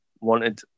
wanted